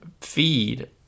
feed